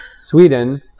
sweden